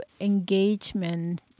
engagement